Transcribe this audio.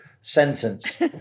sentence